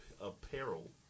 apparel